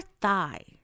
thigh